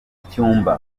cyumba